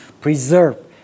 preserve